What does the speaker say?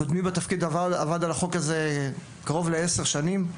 קודמי בתפקיד עבד על החוק הזה קרוב לעשר שנים.